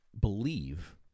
believe